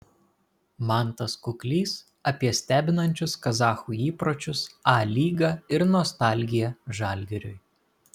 mantas kuklys apie stebinančius kazachų įpročius a lygą ir nostalgiją žalgiriui